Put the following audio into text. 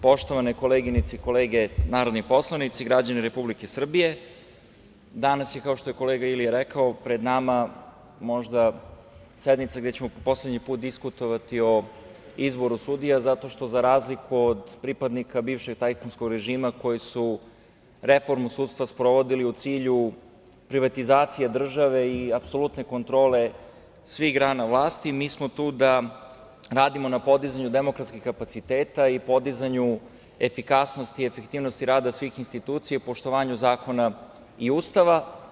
Poštovane koleginice i kolege narodni poslanici, građani Republike Srbije, danas je kao što je kolega Ilija rekao pred nama možda sednica gde ćemo po poslednji put diskutovati o izboru sudija zato što za razliku od pripadnika bivšeg tajkunskog režima koji su reformu sudstva sprovodili u cilju privatizacije države i apsolutne kontrole svih grana vlasti, mi smo tu da radimo na podizanju demokratskih kapaciteta i podizanju efikasnosti i efektivnosti rada svih institucija, poštovanju zakona i Ustava.